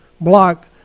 Block